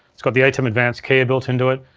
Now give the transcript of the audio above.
it's got the atem advanced keyer built into it.